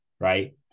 Right